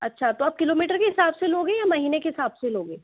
अच्छा तो आप किलोमीटर के हिसाब से लोगे या महीने के हिसाब से लोगे